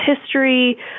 history